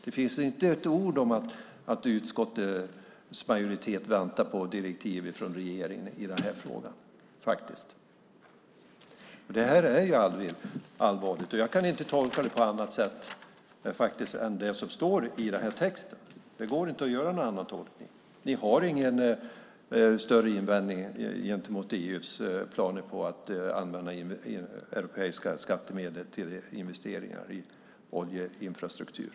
Det finns inte ett ord om att utskottets majoritet väntar på direktiv från regeringen i frågan. Det här är allvarligt. Jag kan inte tolka det på annat sätt än vad som står i texten. Det går inte att göra någon annan tolkning - ni har ingen större invändning gentemot EU:s planer på att använda europeiska skattemedel till investeringar i oljeinfrastruktur.